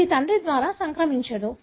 ఇది తండ్రి ద్వారా సంక్రమించదు